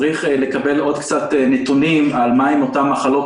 צריך לקבל עוד קצת נתונים על מה הן אותן מחלות